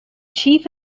chief